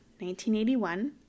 1981